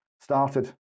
started